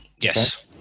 Yes